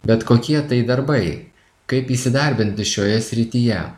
bet kokie tai darbai kaip įsidarbinti šioje srityje